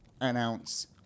announce